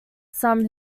some